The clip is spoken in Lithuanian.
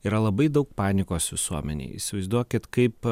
yra labai daug panikos visuomenėj įsivaizduokit kaip